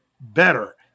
better